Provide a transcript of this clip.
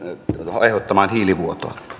aiheuttamaan hiilivuotoa